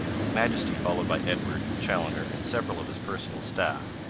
his majesty, followed by edward, chaloner, and several of his personal staff,